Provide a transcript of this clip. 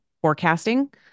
forecasting